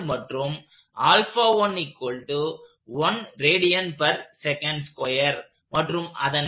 மற்றும் மற்றும் அதன் நீளம் 1